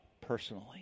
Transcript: personally